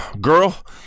Girl